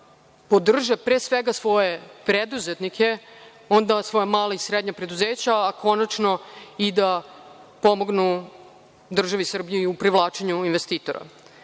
podrže pre svega svoje preduzetnike, onda svoja mala i srednja preduzeća, a konačno i da pomognu državi Srbiji u privlačenju investitora,